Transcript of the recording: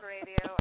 Radio